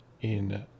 in-